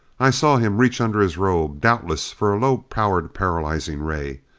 i saw him reach under his robe, doubtless for a low-powered paralyzing ray.